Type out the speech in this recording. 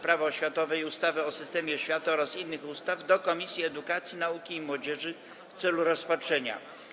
Prawo oświatowe i ustawy o systemie oświaty oraz innych ustaw do Komisji Edukacji, Nauki i Młodzieży w celu rozpatrzenia.